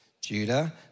Judah